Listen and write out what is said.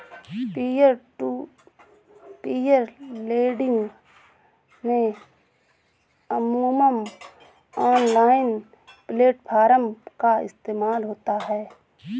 peer to peer lending में अमूमन online platform का इस्तेमाल होता है